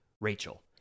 Rachel